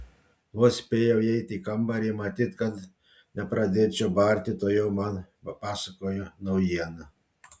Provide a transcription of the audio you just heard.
vos spėjau įeiti į kambarį matyt kad nepradėčiau barti tuojau man papasakojo naujieną